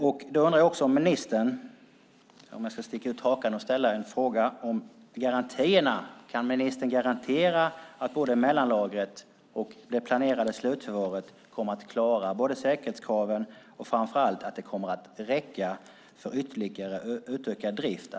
Jag undrar också om ministern kan garantera att både mellanlagret och det planerade slutförvaret kommer att klara säkerhetskraven och, framför allt, att de kommer att räcka för ytterligare utökad drift?